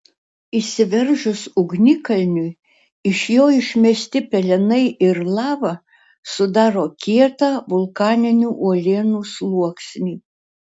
išsiveržus ugnikalniui iš jo išmesti pelenai ir lava sudaro kietą vulkaninių uolienų sluoksnį